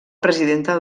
presidenta